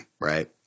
right